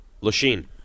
lachine